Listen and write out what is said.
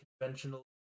conventional